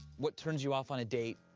what turns you off on a date?